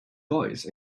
boys